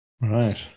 Right